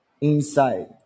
inside